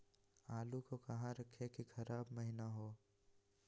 आलू को कहां रखे की खराब महिना हो?